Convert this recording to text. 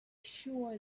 sure